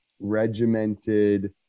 regimented